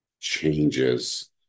changes